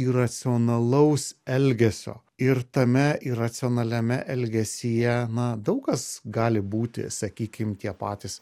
iracionalaus elgesio ir tame iracionaliame elgesyje na daug kas gali būti sakykim tie patys